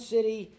City